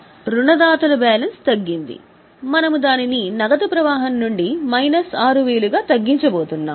అందుకే రుణదాతల బ్యాలెన్స్ తగ్గింది మనము దానిని నగదు ప్రవాహం నుండి మైనస్ 6000 గా తగ్గించబోతున్నాం